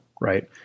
right